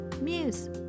Muse